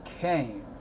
came